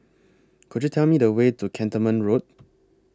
Could YOU Tell Me The Way to Cantonment Road